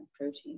protein